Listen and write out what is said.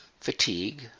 fatigue